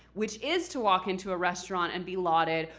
which is to walk into a restaurant and be lauded,